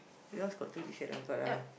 yours got two T-shirt lah but lah